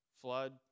flood